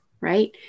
right